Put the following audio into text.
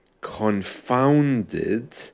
confounded